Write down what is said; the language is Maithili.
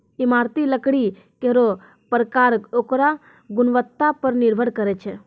इमारती लकड़ी केरो परकार ओकरो गुणवत्ता पर निर्भर करै छै